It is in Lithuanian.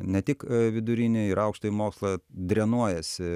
ne tik vidurinį ir aukštąjį mokslą drenuojasi tarsi